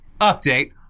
update